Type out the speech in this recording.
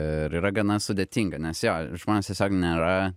ir yra gana sudėtinga nes jo žmonės tiesiog nėra